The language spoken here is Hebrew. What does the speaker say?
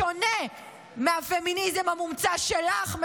בשונה מהפמיניזם המומצא שלך,